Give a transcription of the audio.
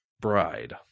bride